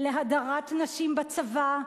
להדרת נשים בצבא,